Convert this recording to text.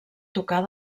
tocar